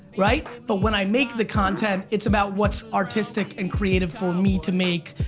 right, but when i make the content, it's about what's artistic and creative for me to make.